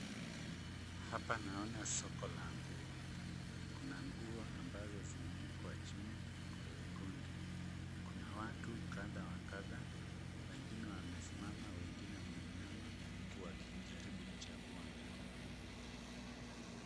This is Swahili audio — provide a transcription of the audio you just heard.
Hapa naona soko la nguo, kuna nguo ambazo zimewekwa chini kwa vikundi. Kuna watu kadhaa wa kadhaa wengine wamesimama wengine wameinama huku wakijaribu kuchagua nguo.